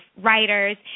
writers